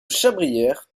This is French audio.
chabrière